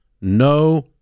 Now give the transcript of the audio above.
no